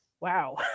wow